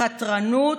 חתרנות,